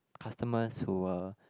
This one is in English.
customers who were